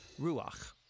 ruach